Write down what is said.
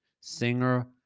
singer